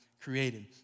created